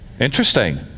Interesting